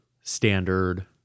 standard